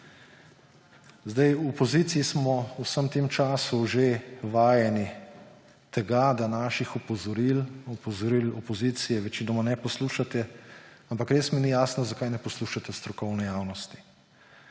V opoziciji smo v vsem tem času že vajeni tega, da naših opozoril – opozoril opozicije večinoma ne poslušate, ampak res mi ni jasno, zakaj ne poslušate strokovne javnosti.